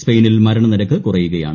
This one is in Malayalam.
സ്പെയിനിൽ മരണനിരക്ക് കുറയുകയാണ്